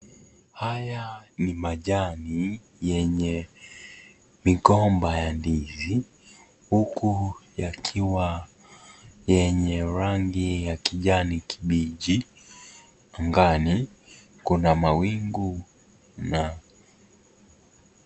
Haya ni majani yenye migomba ya ndizi huku yakiwa yenye rangi ya kijani kibichi angani kuna mawingu na.